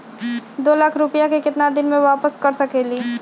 दो लाख रुपया के केतना दिन में वापस कर सकेली?